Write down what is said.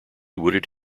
wooded